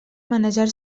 manejar